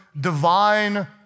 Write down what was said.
divine